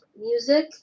music